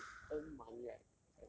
I can't earn money right